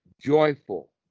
joyful